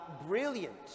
brilliant